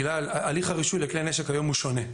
הליך הרישוי לכלי נשק היום הוא שונה.